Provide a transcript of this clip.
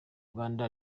uganda